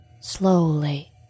slowly